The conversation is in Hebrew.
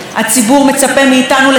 לא לגמגומים ולא לפחדנות,